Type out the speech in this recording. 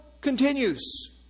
continues